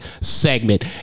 segment